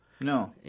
No